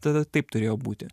tada taip turėjo būti